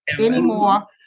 anymore